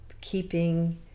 keeping